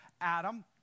Adam